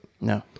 No